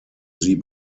sie